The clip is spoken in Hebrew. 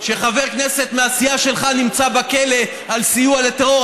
שחבר כנסת מהסיעה שלך נמצא בכלא על סיוע לטרור,